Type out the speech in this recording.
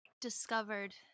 discovered